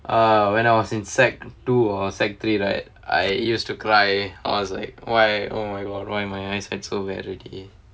uh when I was in secondary two or secondary three right I used to cry I was like why oh my god why my eyes and so bad